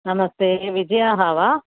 नमस्ते विजयाः वा